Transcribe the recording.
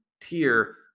tier